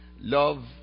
Love